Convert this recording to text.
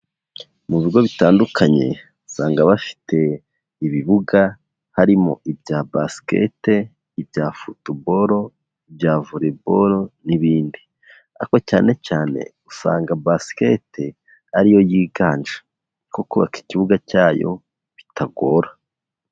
Mu bigo bitandukanye usanga bafite ibibuga harimo ibya Basket, ibya Football, ibya Volleyball n'ibindi, ariko cyane cyane usanga Basket ari yo yiganje kuko kubaka ikibuga cyayo bitagora.